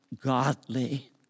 godly